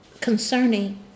concerning